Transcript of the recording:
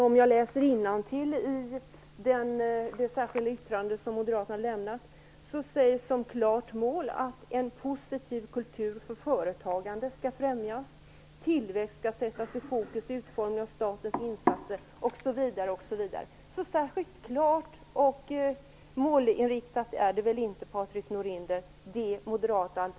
Läser jag innantill i det särskilda yttrande som moderaterna har lämnat sägs det där om klara mål att en positiv kultur för företagande skall främjas, att tillväxt skall sättas i fokus i utformningen av statens insatser osv. Så särskilt klart och målinriktat är det väl inte,